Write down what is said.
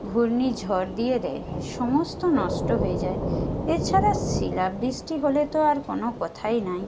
ঘূর্ণি ঝড় দিয়ে দেয় সমস্ত নষ্ট হয়ে যায় এছাড়া শিলা বৃষ্টি হলে তো আর কোনো কথাই নাই